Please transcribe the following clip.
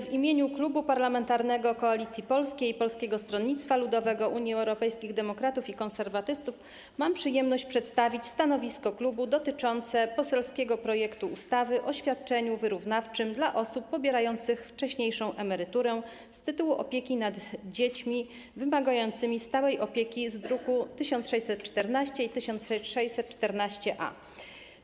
W imieniu Klubu Parlamentarnego Koalicja Polska - Polskie Stronnictwo Ludowe, Uniia Europejskich Demokratów, Konserwatyści mam przyjemność przedstawić stanowisko klubu dotyczące poselskiego projektu ustawy o świadczeniu wyrównawczym dla osób pobierających wcześniejszą emeryturę z tytułu opieki nad dziećmi wymagającymi stałej opieki, z druków nr 1614 i 1614-A.